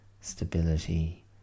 stability